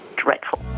dreadful.